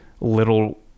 little